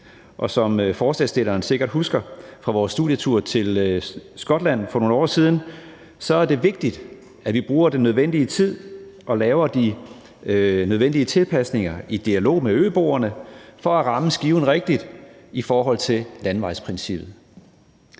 og som forslagsstillerne sikkert husker fra vores studietur til Skotland for nogle år siden, er det vigtigt, at vi bruger den nødvendige tid og laver de nødvendige tilpasninger i dialog med øboerne for at ramme skiven rigtigt i forhold til landevejsprincippet.